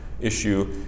issue